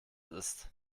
ist